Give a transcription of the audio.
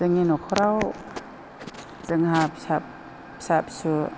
जोंनि न'खराव जोंहा फिसा फिसौ